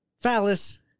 Phallus